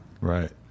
Right